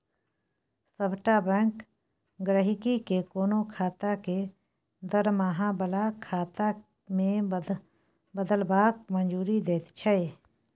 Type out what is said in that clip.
सभटा बैंक गहिंकी केँ कोनो खाता केँ दरमाहा बला खाता मे बदलबाक मंजूरी दैत छै